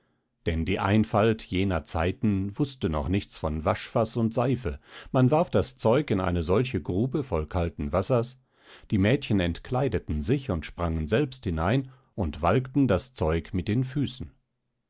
denn die einfalt jener zeiten wußte noch nichts von waschfaß und seife man warf das zeug in eine solche grube voll kalten wassers die mädchen entkleideten sich und sprangen selbst hinein und walkten das zeug mit den füßen